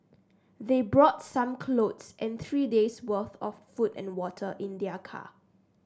they brought some clothes and three day's worth of food and water in their car